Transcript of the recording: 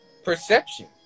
perception